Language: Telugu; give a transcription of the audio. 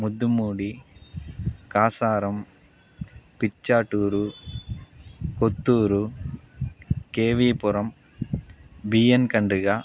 Muddumudi Kasaram Pichatur Kothuru K V Puram B N Kandriga